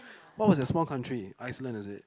what was a small country Iceland is it